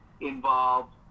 involved